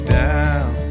down